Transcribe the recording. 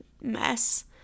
mess